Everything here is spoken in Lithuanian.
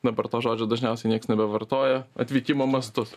dabar to žodžio dažniausiai nieks nebevartoja atvykimo mastus